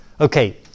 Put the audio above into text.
okay